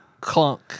clunk